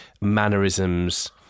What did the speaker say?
mannerisms